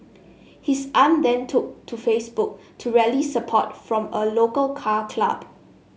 his aunt then took to Facebook to rally support from a local car club